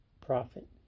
prophet